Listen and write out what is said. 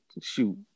Shoot